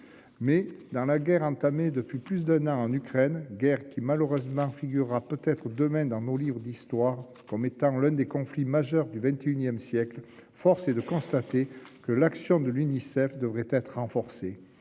Mais dans la guerre entamée depuis plus d'un an en Ukraine, guerre qui, malheureusement, figurera peut-être demain dans nos livres d'histoire comme étant l'un des conflits majeurs du XXI siècle, force est de constater que l'action de l'Unicef devrait être renforcée.